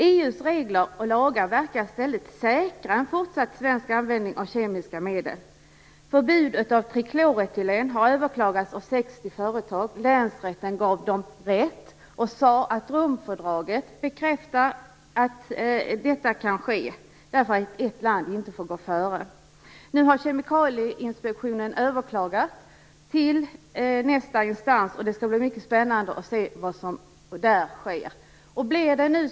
EU:s regler och lagar verkar i stället säkra en fortsatt svensk användning av kemiska medel. Förbudet för trikloretylen har överklagats av 60 företag. Länsrätten gav dem rätt och sade att Romfördraget bekräftar att man kan överklaga, därför att ett land inte får gå före. Nu kar Kemikalieinspektionen överklagat till nästa instans. Det skall bli mycket spännande att se vad som sker där.